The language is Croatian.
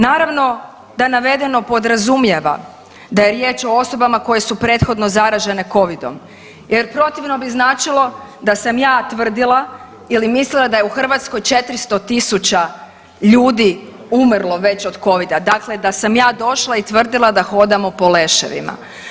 Naravno da navedeno podrazumijeva da je riječ o osobama koje su prethodno zaražene Covidom jer protivno bi značilo da sam ja tvrdila ili mislila da je u Hrvatskoj 400 tisuća ljudi umrlo već od Covida, dakle da sam ja došla i tvrdimo da hodamo po leševima.